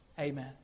Amen